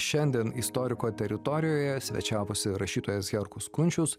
šiandien istoriko teritorijoje svečiavosi rašytojas herkus kunčius